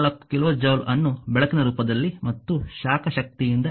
4 kilo joule ಅನ್ನು ಬೆಳಕಿನ ರೂಪದಲ್ಲಿ ಮತ್ತು ಶಾಖ ಶಕ್ತಿಯಿಂದ ನೀಡಿದರೆ